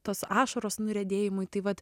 tos ašaros nuriedėjimui tai vat